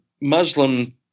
Muslim